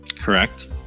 Correct